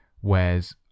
whereas